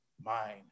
mind